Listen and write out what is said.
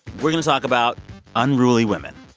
we're going to talk about unruly women.